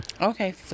Okay